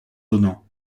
donnant